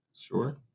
Sure